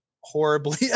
horribly